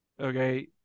Okay